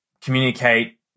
communicate